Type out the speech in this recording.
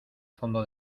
fondo